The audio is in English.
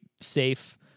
safe